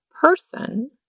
person